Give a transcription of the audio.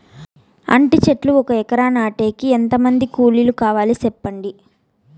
అంటి చెట్లు ఒక ఎకరా నాటేకి ఎంత మంది కూలీలు కావాలి? సెప్పండి?